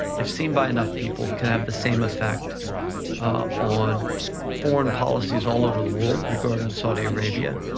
if seen by enough people, can have the same effect on foreign policies all over the world regarding saudi arabia,